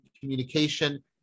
communication